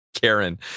Karen